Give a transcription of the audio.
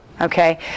Okay